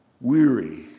weary